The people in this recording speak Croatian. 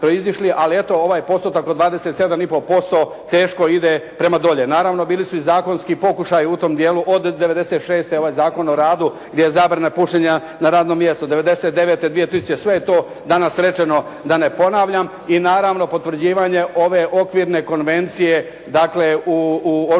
Ali eto, ovaj je postotak od 27 i pol posto teško ide prema dolje. Naravno, bili su i zakonski pokušaj u tom dijelu od '96. ovaj Zakon o radu gdje je zabrana pušenja na radnom mjestu. '99., 2000. sve je to danas rečeno da ne ponavljam i naravno potvrđivanje ove okvirne konvencije, dakle u